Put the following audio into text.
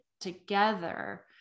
together